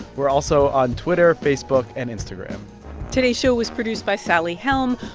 we're also on twitter, facebook and instagram today's show was produced by sally helm.